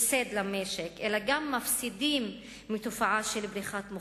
הפסד למשק, אלא גם מפסידים מתופעה של בריחת מוחות,